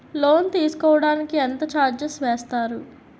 Loan తీసుకోడానికి ఎంత charges వేస్తారు?